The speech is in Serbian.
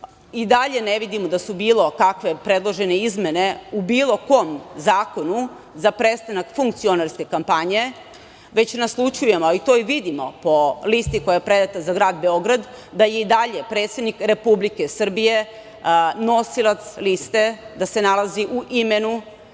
i dalje ne vidimo da su bilo kakve predložene izmene u bilo kom zakonu za prestanak funkcionarske kampanje, već naslućujemo, a to i vidimo po listi koja je predata za grad Beograd da je i dalje predsednik Republike Srbije nosilac liste, da se nalazi u imenu